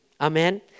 Amen